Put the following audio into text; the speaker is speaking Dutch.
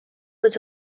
het